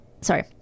Sorry